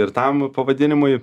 ir tam pavadinimui